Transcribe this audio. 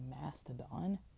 mastodon